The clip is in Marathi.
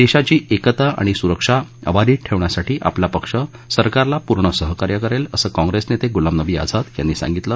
देशाची एकता आणि सुरक्षा अबाधित ठेवण्यासाठी आपला पक्ष सरकारला पूर्ण सहकार्य करेल असं कॉंप्रेस नेते गुलाम नबी आझाद यांनी सांगितलं